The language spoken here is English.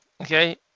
Okay